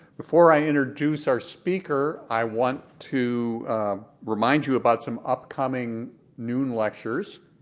before i introduce our speaker, i want to remind you about some upcoming noon lectures.